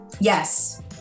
Yes